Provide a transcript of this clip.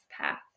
path